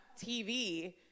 TV